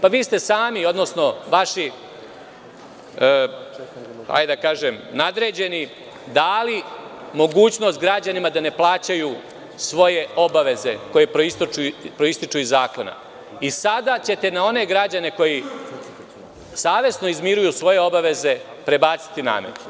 Pa, vi ste sami, odnosno vaši, da kažem, nadređeni dali mogućnost građanima da ne plaćaju svoje obaveze koje proističu iz zakona i sada ćete na one građane koji savesno izmiruju svoje obaveze, prebaciti namete.